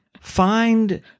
Find